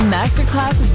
Masterclass